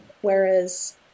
whereas